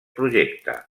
projecte